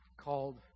called